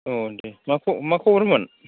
औ दे मा खबरमोन